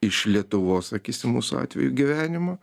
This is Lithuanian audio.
iš lietuvos sakysim mūsų atveju gyvenimo